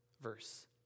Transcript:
verse